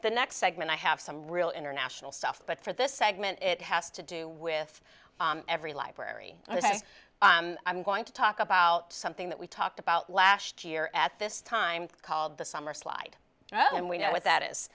the next segment i have some real international stuff but for this segment it has to do with every library i'm going to talk about something that we talked about last year at this time called the summer slide and we know what that is